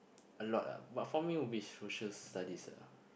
a lot ah but for me would be Social-Studies ah